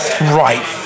right